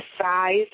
size